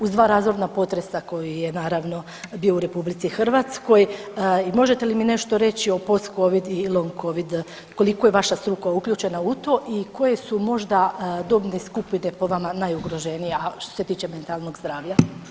Uz 2 razorna potresa koji je naravno, bio u RH, možete li mi nešto reći o post-Covid i long Covid, koliko je vaša struka uključena u to i koje su možda dobne skupine po vama najugroženije, a što se tiče mentalnog zdravlja?